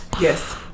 Yes